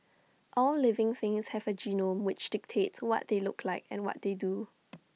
all living things have A genome which dictates what they look like and what they do